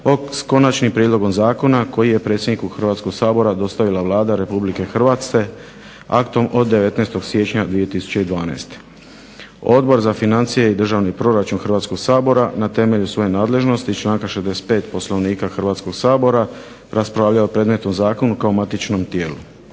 s Konačnim prijedlogom zakona koji je predsjedniku Hrvatskog sabora dostavila Vlada Republike Hrvatske aktom od 19. Siječnja 2012. Odbor za financije i državni proračun Hrvatskog sabora na temelju svoje nadležnosti iz članka 65. Poslovnika Hrvatskog sabora raspravljao je o predmetnom zakonu kao matičnom tijelu.